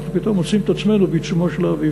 אנחנו פתאום מוצאים את עצמנו בעיצומו של האביב.